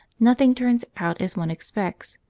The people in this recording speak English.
nothing turns out as one expects.